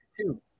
two